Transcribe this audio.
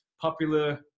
popular